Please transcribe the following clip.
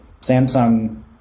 Samsung